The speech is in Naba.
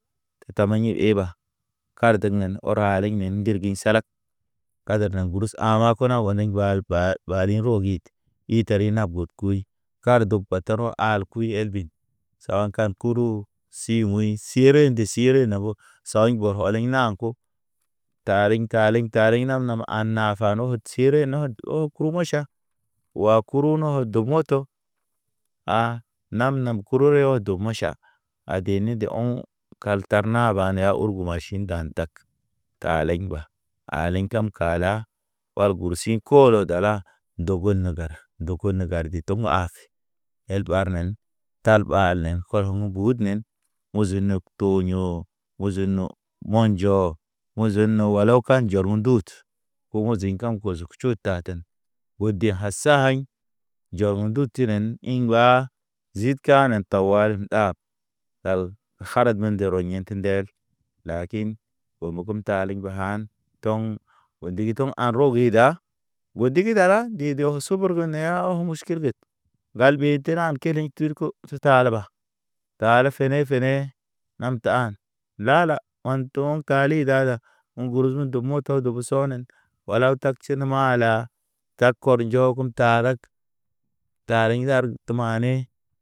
Tama ḭ eba kar degnen ɔra linen ndirgḭ salag, kader na gurus ama kona oniŋ bal ba ɓaliŋ ro gidi. I tari na bud kuy, kar dog bata ro al kuy elbi. Sawa kan kuru, si wuɲ sire nde sire na bo, sawuɲ bɔr ɔliŋ na ko. Tariŋ taliŋ tariŋ na nama an nafa no tire no oo krumo ʃa. Wa kuru no dugmoto, a nam- nam kuru riyo dug maʃa a deni de o̰. Kaltar na ba neya urgu maʃin dan dag, kalḛŋ mba alḛŋ kam kala, wal gursi kolo dala. Dogo nə gəra dogo nə gardi toŋ afe, el ɓarnen tal ɓalḛ kɔl- kɔl gudnen. Muziŋ nek tonyo muzin M’o̰ njo mozenna walaw kanjor me dout. O ho zing kam kojog t ud taten. O deha sahaɲ jɔg ḭ dut tinen ḭ̰ ŋguwa, zit kanen tawali nap al harag men de royḛt ndel, lakin o mogum taliŋ ba han, to̰. O ndigi toŋ an rogi da. Oo digi dara, ndigi de o subur ge ne ya iʃ kerged ŋgal tena keliŋ turko oso ta lə ba. Ta le fene fene. Nam tahan, la- la o̰ to̰ŋ kali da- da gursu do moto dubu sɔ nen wala tak tʃene mala. Ta kor jo tarag tariŋ rar’g tə mani.